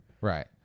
Right